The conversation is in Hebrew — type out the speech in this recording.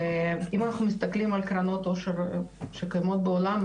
אם אנחנו מסתכלים על קרנות עושר שקיימות בעולם,